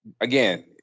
again